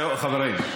זהו, חברים.